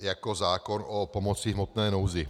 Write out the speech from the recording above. Jako zákon o pomoci v hmotné nouzi.